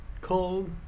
Cold